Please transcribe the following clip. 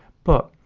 but,